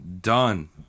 Done